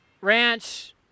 ranch